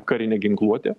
karine ginkluote